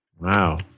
Wow